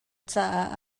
caah